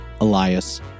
Elias